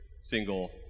single